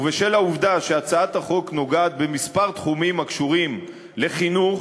ובשל העובדה שהצעת החוק נוגעת בכמה תחומים הקשורים לחינוך,